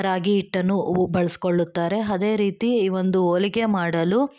ರಾಗಿ ಹಿಟ್ಟನ್ನು ಹು ಬಳಸ್ಕೊಳ್ಳುತ್ತಾರೆ ಅದೇ ರೀತಿ ಈ ಒಂದು ಹೋಳಿಗೆ ಮಾಡಲು